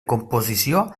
composició